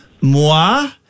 moi